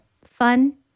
Fun